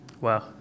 Wow